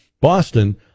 Boston